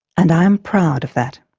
and i am proud of that.